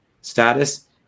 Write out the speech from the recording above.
status